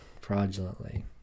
fraudulently